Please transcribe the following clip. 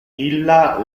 illa